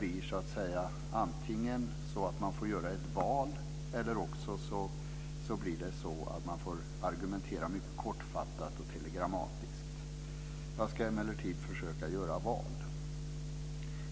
Man får antingen göra val eller argumentera mycket kortfattat och telegrammatiskt. Jag ska försöka göra några val. Också